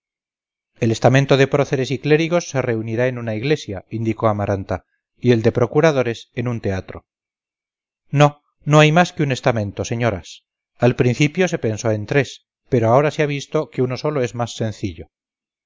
el estamento de próceres y clérigos se reunirá en una iglesia indicó amaranta y el de procuradores en un teatro no no hay más que un estamento señoras al principio se pensó en tres pero ahora se ha visto que uno solo es más sencillo